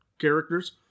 characters